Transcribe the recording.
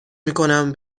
میکنم